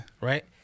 Right